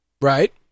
Right